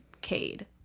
Cade